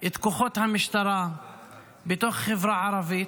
את כוחות המשטרה בתוך החברה הערבית,